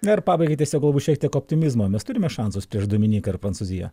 na ir pabaigai tiesiog galbūt šiek tiek optimizmo mes turime šansus prieš dominiką ir prancūziją